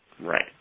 Right